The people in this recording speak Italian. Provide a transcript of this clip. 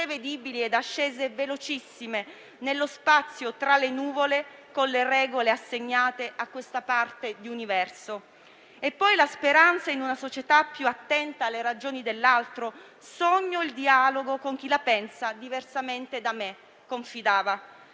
imprevedibili ed ascese velocissime «nello spazio, tra le nuvole, con le regole assegnate, a questa parte di universo». E poi la speranza in una società più attenta alle ragioni dell'altro: «Sogno il dialogo con chi la pensa diversamente da me», confidava.